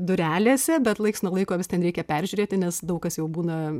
durelėse bet laiks nuo laiko ten reikia peržiūrėti nes daug kas jau būna